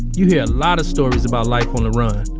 you hear a lot of stories about life on the run.